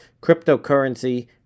cryptocurrency